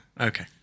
Okay